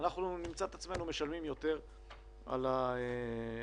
אנחנו נמצא את עצמנו משלמים יותר על הזכוכית.